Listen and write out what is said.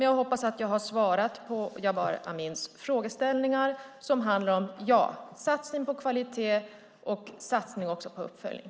Jag hoppas att jag har svarat på Jabar Amins frågor om satsning på kvalitet och satsning också på uppföljning.